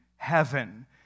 heaven